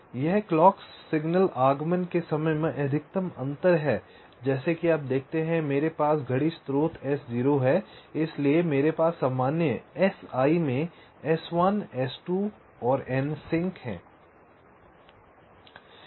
तो यह क्लॉक संकेत आगमन के समय में अधिकतम अंतर है जैसे आप देखते हैं कि मेरे पास घड़ी स्रोत S0 है इसलिए मेरे पास सामान्य Si में S1 S2 n सिंक हैं